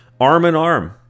arm-in-arm